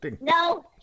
no